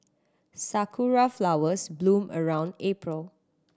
sakura flowers bloom around April